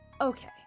Okay